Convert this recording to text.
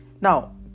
now